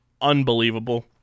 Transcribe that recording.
unbelievable